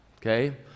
Okay